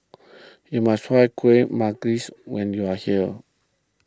you must try Kuih Manggis when you are here